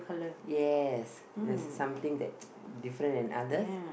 yes there's something that different in others